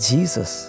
Jesus